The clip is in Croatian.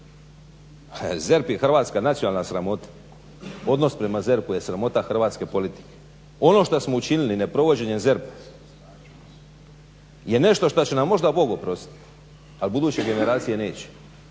ZERP je hrvatska nacionalna sramota. Odnos prema ZERP-u je sramota hrvatske politike. Ono što smo učinili neprovođenjem ZERP-a je nešto što će nam možda Bog oprostiti, ali buduće generacije neće.